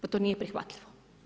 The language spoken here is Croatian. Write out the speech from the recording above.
Pa to nije prihvatljivo.